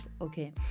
okay